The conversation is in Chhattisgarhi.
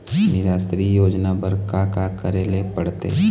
निराश्री योजना बर का का करे ले पड़ते?